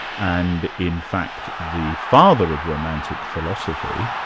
and in fact the father of romantic philosophy,